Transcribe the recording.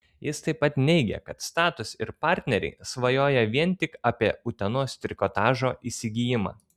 jis taip pat neigė kad status ir partneriai svajoja vien tik apie utenos trikotažo įsigijimą